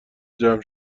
جمع